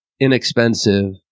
inexpensive